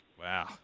Wow